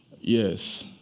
Yes